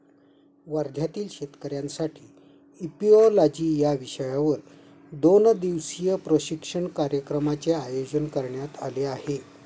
वर्ध्यातील शेतकऱ्यांसाठी इपिओलॉजी या विषयावर दोन दिवसीय प्रशिक्षण कार्यक्रमाचे आयोजन करण्यात आले आहे